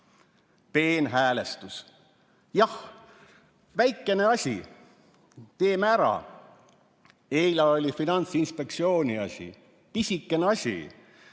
Peenhäälestus – jah, väikene asi, teeme ära! Eile oli Finantsinspektsiooni asi, pisikene asi.